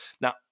Now